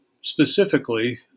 specifically